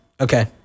Okay